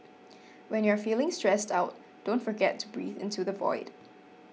when you are feeling stressed out don't forget to breathe into the void